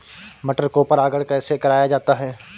मटर को परागण कैसे कराया जाता है?